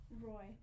Roy